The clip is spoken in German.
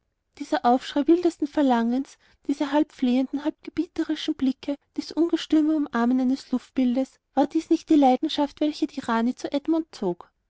dieser aufschrei wildesten verlangens diese halb flehenden halb gebieterischen blicke dies ungestüme umarmen eines luftbildes war das nicht die leidenschaft welche die rani zu edmund zog